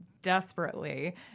Desperately